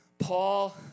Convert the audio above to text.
Paul